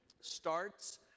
starts